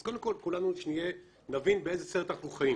אז קודם כל שכולנו נבין באיזה סרט אנחנו חיים.